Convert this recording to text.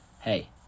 hey